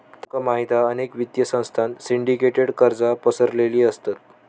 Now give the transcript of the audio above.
तुका माहित हा अनेक वित्तीय संस्थांत सिंडीकेटेड कर्जा पसरलेली असत